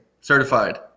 certified